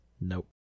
nope